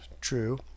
true